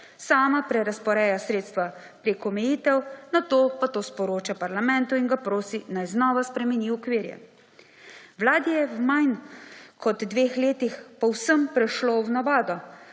Sama prerazporeja sredstva prek omejitev, nato pa to sporoča parlamentu in ga prosi, naj znova spremeni okvire. Vladi je v manj kot dveh letih povsem prešlo v navado,